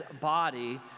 body